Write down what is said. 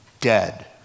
dead